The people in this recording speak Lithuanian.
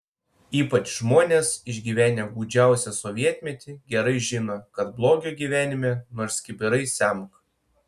ypač žmonės išgyvenę gūdžiausią sovietmetį gerai žino kad blogio gyvenime nors kibirais semk